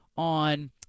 on